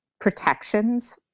protections